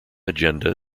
agenda